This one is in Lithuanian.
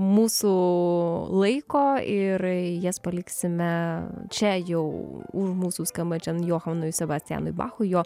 mūsų laiko ir jas paliksime čia jau už mūsų skambančiam johanui sebastianui bachui jo